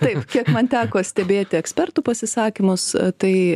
taip kiek man teko stebėti ekspertų pasisakymus tai